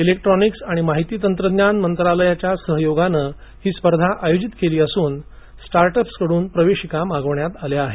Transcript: electronics आणि माहिती तंत्रज्ञान मंत्रालयाच्या सहयोगाने ही स्पर्धा आयोजित केली असून स्टार्टअप्सकडून प्रवेशिका मागवल्या आहेत